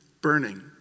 burning